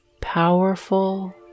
powerful